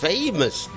Famous